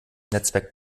netzwerk